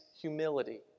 humility